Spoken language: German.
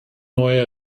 neuer